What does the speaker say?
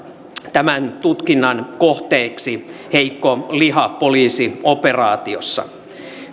tämän tutkinnan kohteiksi heikko liha poliisioperaatiossa